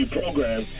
program